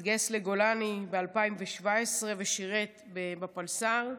התגייס לגולני ב-2017 ושירת בפלס"ר.